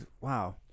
Wow